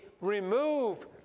remove